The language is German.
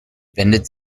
wendet